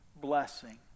blessing